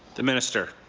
the minister.